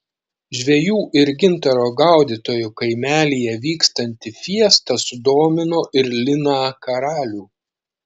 žvejų ir gintaro gaudytojų kaimelyje vykstanti fiesta sudomino ir liną karalių